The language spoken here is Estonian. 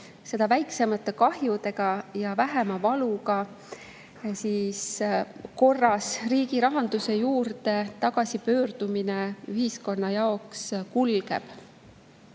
seda väiksemate kahjudega ja vähema valuga korras riigirahanduse juurde tagasipöördumine ühiskonna jaoks kulgeb.